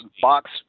box